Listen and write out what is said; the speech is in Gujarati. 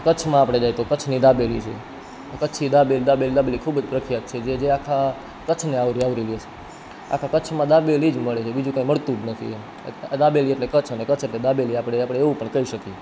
કચ્છમાં આપણે જઈએ તો કચ્છની દાબેલી છે તો કચ્છી દાબેલી દાબેલી દાબેલી ખૂબ જ પ્રખ્યાત છે જે જે આખા કચ્છને આવરી આવરી લે છે આખા કચ્છમાં દાબેલી જ મળે છે બીજું કાંઇ મળતું જ નથી એમ દાબેલી એટલે કચ્છ અને કચ્છ એટલે દાબેલી આપણે આપણે એવું પણ કહી શકીએ